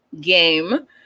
game